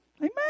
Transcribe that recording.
Amen